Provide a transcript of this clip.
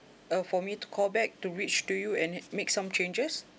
uh for me to call back to reach to you and make some changes